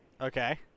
Okay